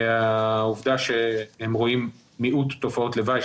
העובדה שהם רואים מיעוט תופעות לוואי,